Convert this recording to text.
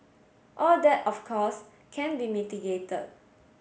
all that of course can be mitigated